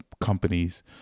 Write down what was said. companies